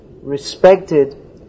respected